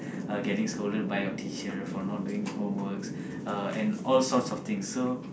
uh getting scolded by your teacher for not doing homeworks uh and all sorts of things so